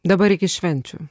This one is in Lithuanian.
dabar iki švenčių